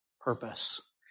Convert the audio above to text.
purpose